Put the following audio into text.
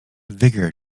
vigour